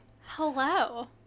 Hello